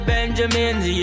Benjamins